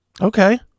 Okay